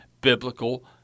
biblical